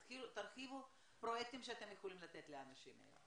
תרחיבו פרויקטים שאתם יכולים לתת לאנשים.